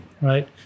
right